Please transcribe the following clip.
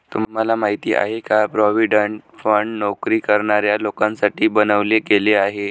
तुम्हाला माहिती आहे का? प्रॉव्हिडंट फंड नोकरी करणाऱ्या लोकांसाठी बनवले गेले आहे